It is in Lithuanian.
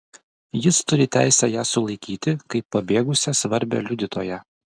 jis turi teisę ją sulaikyti kaip pabėgusią svarbią liudytoją